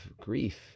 grief